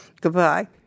goodbye